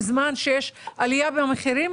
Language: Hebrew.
בזמן שיש עלייה במחירים,